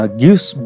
gives